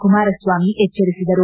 ಕುಮಾರಸ್ವಾಮಿ ಎಚ್ಚರಿಸಿದರು